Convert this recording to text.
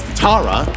Tara